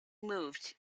moved